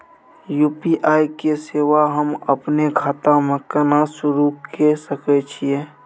UPI के सेवा हम अपने खाता म केना सुरू के सके छियै?